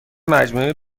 مجموعه